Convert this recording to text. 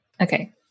Okay